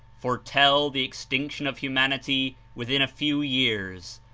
foretell the ex tinction of humanity within a few years,